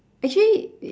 actually